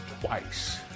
twice